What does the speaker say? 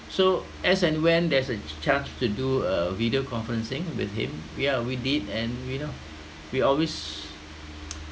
so as and when there's a chance to do a video conferencing with him ya we did and you know we always